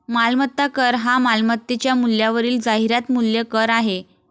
मालमत्ता कर हा मालमत्तेच्या मूल्यावरील जाहिरात मूल्य कर आहे